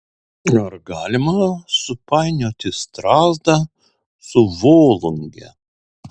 ar galima supainioti strazdą su volunge